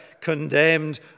condemned